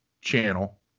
channel